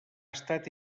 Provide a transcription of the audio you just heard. estat